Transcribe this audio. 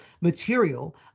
material